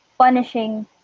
punishing